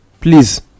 Please